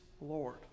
Lord